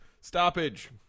stoppage